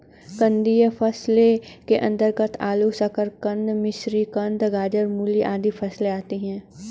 कंदीय फसलों के अंतर्गत आलू, शकरकंद, मिश्रीकंद, गाजर, मूली आदि फसलें आती हैं